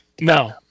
No